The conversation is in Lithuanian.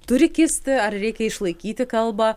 turi kisti ar reikia išlaikyti kalbą